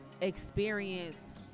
experience